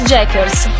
Jackers